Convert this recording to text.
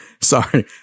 Sorry